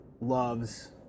loves